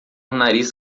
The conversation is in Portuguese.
nariz